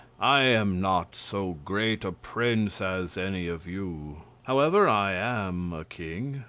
i am not so great a prince as any of you however, i am a king.